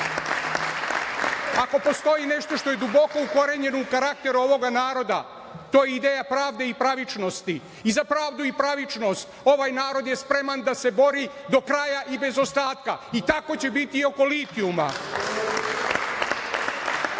Ako postoji nešto što je duboko ukorenjeno u karakter ovoga naroda to je ideja pravde i pravičnosti i za pravdu i pravičnost ovaj narod je spreman da se bori do kraja i bez ostatka i tako će biti i oko litijuma.